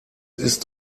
ist